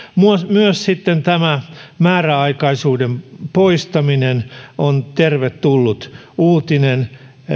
myös määräaikaisuuden poistaminen on tervetullut uutinen